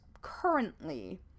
currently